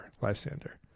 Lysander